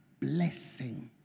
blessing